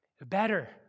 better